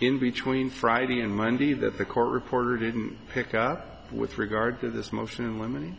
in between friday and monday that the court reporter didn't pick up with regard to this motion